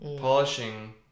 polishing